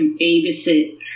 babysit